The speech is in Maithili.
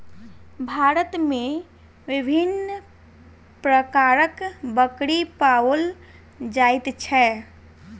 भारत मे विभिन्न प्रकारक बकरी पाओल जाइत छै